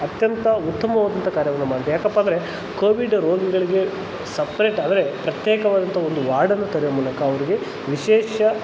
ಅತ್ಯಂತ ಉತ್ತಮವಾದಂಥ ಕಾರ್ಯವನ್ನು ಮಾಡಿದೆ ಏಕಪ್ಪ ಅಂದರೆ ಕೋವಿಡ್ ರೋಗಿಗಳಿಗೆ ಸಪ್ರೇಟ್ ಅವರೇ ಪ್ರತ್ಯೇಕವಾದಂಥ ಒಂದು ವಾರ್ಡನ್ನು ತೆರೆಯುವ ಮೂಲಕ ಅವರಿಗೆ ವಿಶೇಷ